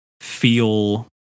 feel